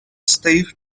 stave